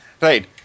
Right